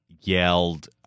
yelled